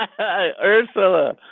Ursula